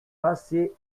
passées